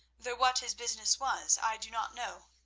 though what his business was i do not know.